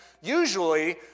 usually